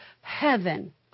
heaven